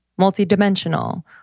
multidimensional